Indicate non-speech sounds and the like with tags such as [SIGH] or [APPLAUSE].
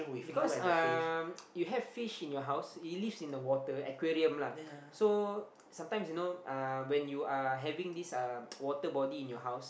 because um you have fish in your house it lives in the water aquarium lah so sometimes you know uh when you are having this uh [NOISE] water body in your house